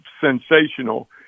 Sensational